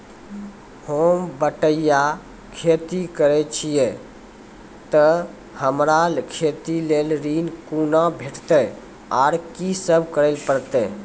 होम बटैया खेती करै छियै तऽ हमरा खेती लेल ऋण कुना भेंटते, आर कि सब करें परतै?